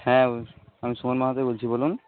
হ্যাঁ আমি সুমন মাহাতোই বলছি বলুন